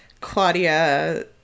Claudia